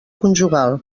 conjugal